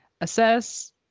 assess